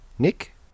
Nick